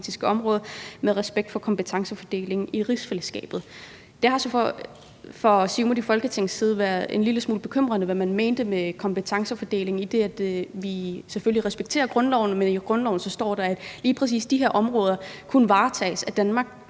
med respekt for kompetencefordelingen i rigsfællesskabet. Det har så for Siumut i Folketinget været en lille smule bekymrende, hvad man mente med kompetencefordeling. Vi respekterer selvfølgelig grundloven, men i grundloven står der, at lige præcis de her områder kun varetages af Danmark.